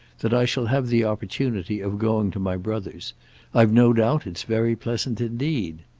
that i shall have the opportunity of going to my brother's i've no doubt it's very pleasant indeed.